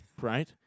right